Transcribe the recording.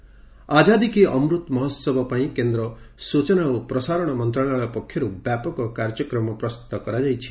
'ଆଜାଦୀ କା ଅମୃତ ମହୋହବ' ପାଇଁ କେନ୍ଦ୍ର ସୂଚନା ଓ ପ୍ରସାରଣ ମନ୍ତଣାଳୟ ପକ୍ଷରୁ ବ୍ୟାପକ କାର୍ଯ୍ୟକ୍ରମ ପ୍ରସ୍ତୁତ କରାଯାଇଛି